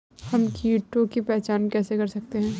हम कीटों की पहचान कैसे कर सकते हैं?